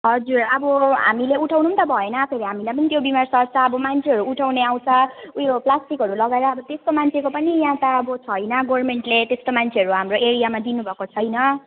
हजुर अब हामीले उठाउनु नि त भएन फेरि हामीलाई पनि त्यो बिमारी सर्छ अब मान्छेहरू उठाउने आउँछ ऊ यो प्लास्टिकहरू लगेर अब त्यस्तो मान्छेको पनि यहाँ त अब छैन गभर्न्मेन्टले त्यस्तो मान्छेहरू हाम्रो एरियामा दिनुभएको छैन